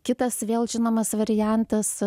kitas vėl žinomas variantas